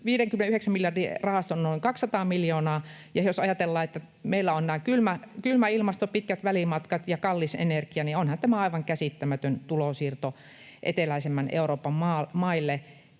59 miljardin rahastoon on noin 200 miljoonaa. Jos ajatellaan, että meillä on kylmä ilmasto, pitkät välimatkat ja kallis energia, niin onhan tämä aivan käsittämätön tulonsiirto eteläisimmän Euroopan maille,